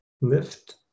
lift